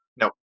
no